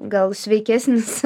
gal sveikesnis